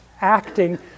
acting